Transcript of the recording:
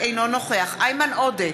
אינו נוכח איימן עודה,